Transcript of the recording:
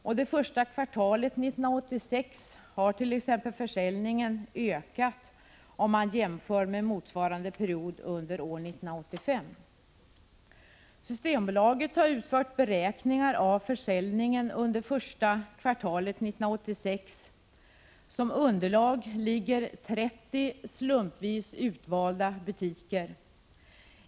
Och det första kvartalet 1986 har försäljningen ökat, om man jämför med motsvarande period under år 1985. Systembolaget har utfört beräkningar av försäljningen under första kvartalet 1986. Som underlag ligger 30 slumpvis utvalda butiker.